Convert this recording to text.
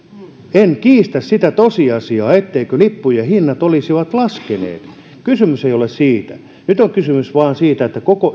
en kiistä sitä tosiasiaa etteivätkö lippujen hinnat olisi laskeneet kysymys ei ole siitä nyt on kysymys vain siitä että koko